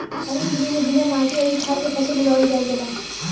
हरित गृह में बिना माटी अउरी खाद के फसल उगावल जाईल जाला